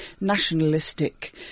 nationalistic